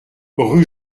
rue